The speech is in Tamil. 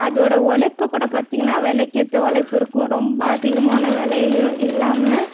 அதோடய ஒழைப்புக்கூட பார்த்தீங்கன்னா விலைக்கு ஏற்ற ஒழைப்பு இருக்கும் ரொம்ப அதிகமான விலையிலையும் இல்லாமல்